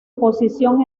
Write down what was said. posición